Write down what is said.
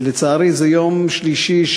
לצערי זה יום שלישי,